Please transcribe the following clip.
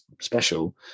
special